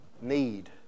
Need